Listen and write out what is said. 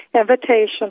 invitation